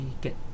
get